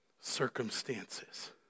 Circumstances